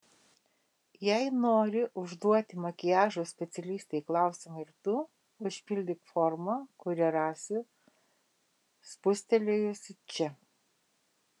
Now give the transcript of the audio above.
jei nori užduoti makiažo specialistei klausimą ir tu užpildyk formą kurią rasi spustelėjusi čia